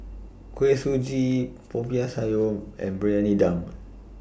Kuih Suji Popiah Sayur and Briyani Dum